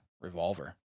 revolver